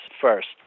first